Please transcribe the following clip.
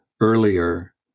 earlier